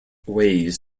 ways